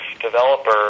developer